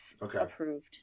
approved